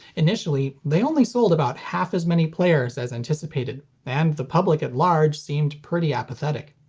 initially, they only sold about half as many players as anticipated, and the public at large seemed pretty apathetic.